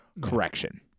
correction